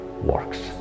works